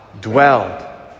dwelled